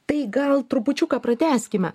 tai gal trupučiuką pratęskime